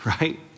right